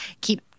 keep